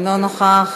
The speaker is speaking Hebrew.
אינו נוכח,